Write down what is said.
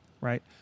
right